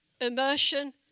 immersion